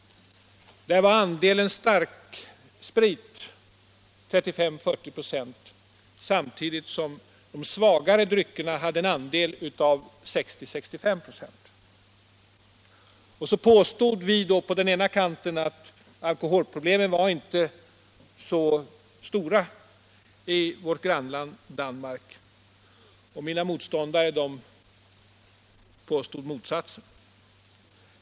Där var andelen starksprit 35 å 40 26 och andelen svagare drycker 60 å 65 26. Vi på den ena kanten påstod då att alkoholproblemen inte var så stora i vårt grannland Danmark. Våra motståndare påstod motsatsen.